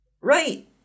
Right